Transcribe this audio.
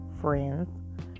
friends